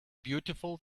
beautiful